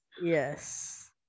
yes